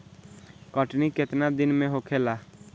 कटनी केतना दिन में होखेला?